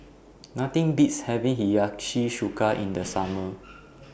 Nothing Beats having Hiyashi Chuka in The Summer